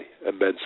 immensely